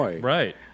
right